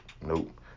Nope